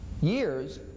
years